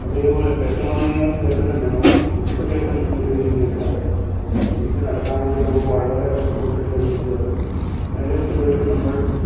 അതേപോലെ കേറ്റം വന്നു കഴിഞ്ഞാൽ കേറ്റം തന്നെ നമ് വിട്ടുകയറ്റം എന്നുള്ള രീതിയിൽ തന്നെ പറയാം ശരിക്ക് നടക്കാൻ വേണ്ടി നമുക്ക് വളരെ കഷ്ടപ്പെട്ടിട്ടുള്ള രീതിയാണ് മേലെ എത്തുമ്പോഴേക്കും നമ്മൾ